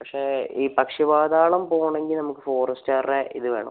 പക്ഷേ ഈ പക്ഷി പാതാളം പോണെങ്കിൽ നമുക്ക് ഫോറെസ്റ്റുകാരുടെ ഇത് വേണം